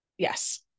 Yes